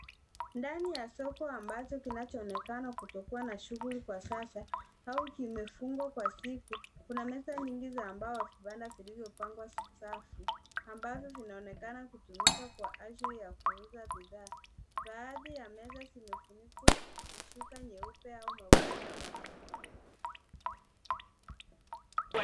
Ndani ya soko ambacho kinachoonekana kutokuwa na shughuli kwa sasa au kimefungwa kwa sasa, kuna meza nyingi za mbao kwa vibanda zilizopangwa safi ambavyo vinaonekana kutumika kwa ajili ya kuuza bidhaa. Baadhi ya meza zimefunikwa na shuka nyeupe au magunia makubwa.